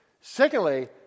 Secondly